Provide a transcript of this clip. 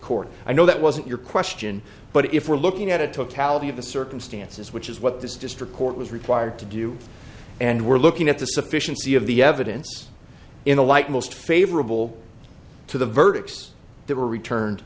court i know that wasn't your question but if we're looking at it took caliber of the circumstances which is what this district court was required to do and we're looking at the sufficiency of the evidence in the light most favorable to the verdicts that were returned